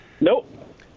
Nope